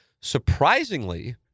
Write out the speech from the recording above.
surprisingly